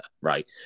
right